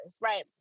right